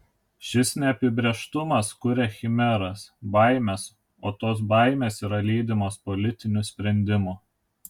šis neapibrėžtumas kuria chimeras baimes o tos baimės yra lydimos politinių sprendimų